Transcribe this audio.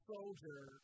Soldier